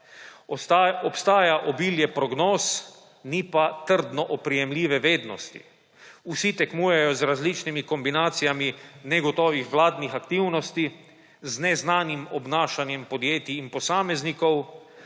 Obstaja obilje prognoz, ni pa trdno oprijemljive vednosti. Vsi tekmujejo z različnimi kombinacijami negotovih vladnih aktivnosti z neznanim obnašanjem podjetij in posameznikov,